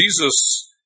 Jesus